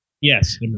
Yes